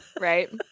Right